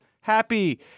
happy